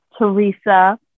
Teresa